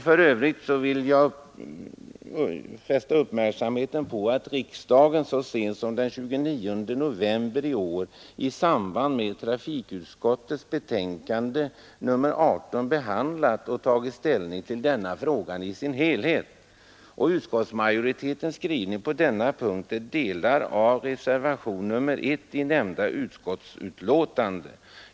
För övrigt vill jag fästa uppmärksamheten på att riksdagen så sent som den 29 november i år i samband med trafikutskottets betänkande nr 18 behandlat och tagit ställning till denna fråga i dess helhet. Utskottsmajoritetens skrivning på denna punkt är delar av reservationen nr 1 i nämnda utskottsbetänkande.